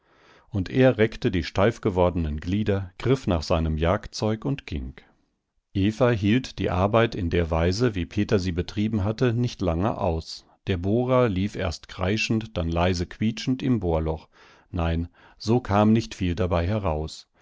und er reckte die steifgewordenen glieder griff nach seinem jagdzeug und ging eva hielt die arbeit in der weise wie peter sie betrieben hatte nicht lange aus der bohrer lief erst kreischend dann leise quietschend im bohrloch nein so kam nicht viel dabei heraus